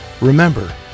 Remember